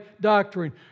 doctrine